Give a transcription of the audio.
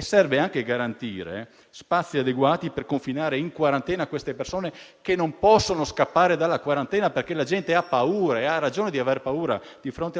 Serve anche garantire spazi adeguati per confinare in quarantena queste persone, che non possono scappare dalla quarantena perché la gente ha paura e ha ragione ad averne,